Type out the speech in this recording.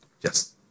Yes